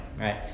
Right